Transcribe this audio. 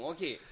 Okay